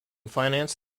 financed